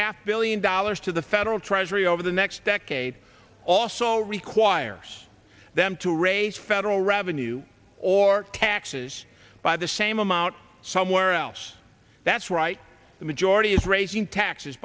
half billion dollars to the federal treasury over the next decade also requires them to raise federal revenue or cactuses by the same amount somewhere else that's right the majority is raising taxes